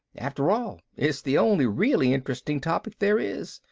after all, it's the only really interesting topic there is.